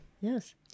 yes